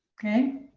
okay.